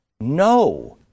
no